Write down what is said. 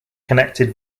connected